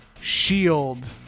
Shield